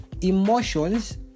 emotions